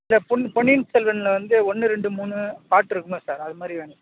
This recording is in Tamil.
இந்த பொன் பொன்னியின் செல்வனில் வந்து ஒன்று ரெண்டு மூணு பார்ட்டிருக்குமா சார் அது மாதிரி வேணும்